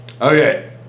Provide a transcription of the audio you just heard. Okay